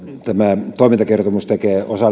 tämä toimintakertomus tekee osaltaan tunnetuksi